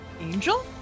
angel